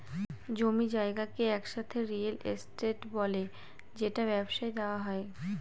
জমি জায়গাকে একসাথে রিয়েল এস্টেট বলে যেটা ব্যবসায় দেওয়া হয়